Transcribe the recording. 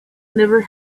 never